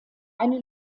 eine